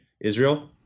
Israel